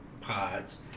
pods